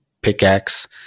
pickaxe